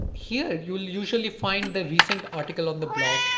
here you'll usually find the recent article on the blog.